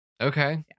Okay